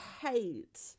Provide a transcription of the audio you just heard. hate